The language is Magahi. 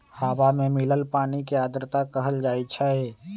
हवा में मिलल पानी के आर्द्रता कहल जाई छई